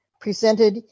presented